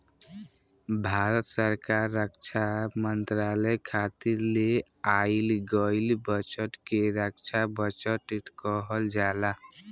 भारत सरकार रक्षा मंत्रालय खातिर ले आइल गईल बजट के रक्षा बजट कहल जाला